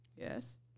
Yes